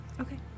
okay